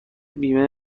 بیمه